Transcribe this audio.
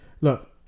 Look